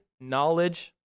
knowledge